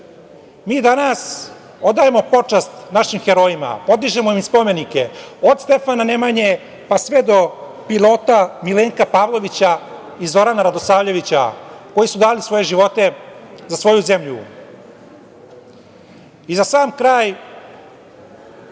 mi danas odajemo počast našim herojima, podižemo im spomenike od Stefana Nemanje pa sve do pilota Milenka Pavlovića i Zorana Radosavljevića, koji su dali svoje živote za svoju zemlju.Za sam kraj,